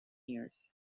years